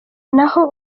naho